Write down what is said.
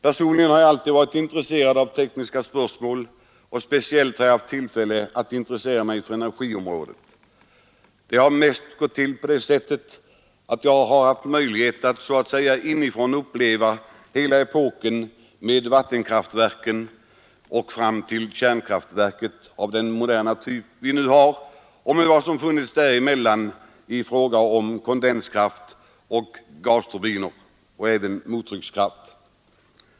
Personligen har jag alltid varit intresserad av tekniska spörsmål, och speciellt har jag haft tillfälle att intressera mig för energiområdet. Det har mest gått till på det sättet att jag har haft möjlighet att så att säga inifrån uppleva hela epoken med vattenkraftverken fram till kärnkraftverket av den moderna typ vi nu har och med vad som funnits däremellan i fråga kondenskraft, gasturbiner och även mottryckskraft.